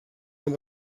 amb